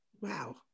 Wow